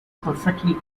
perfectly